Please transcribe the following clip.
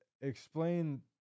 explain